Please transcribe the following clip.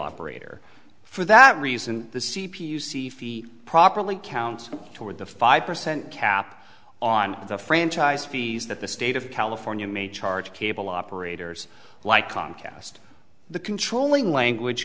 operator for that reason the c p u sci fi properly counts toward the five percent cap on the franchise fees that the state of california may charge cable operators like comcast the controlling language